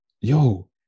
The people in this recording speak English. yo